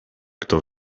kto